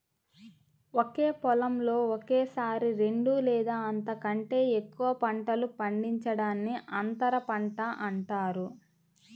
ఒకే పొలంలో ఒకేసారి రెండు లేదా అంతకంటే ఎక్కువ పంటలు పండించడాన్ని అంతర పంట అంటారు